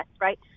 right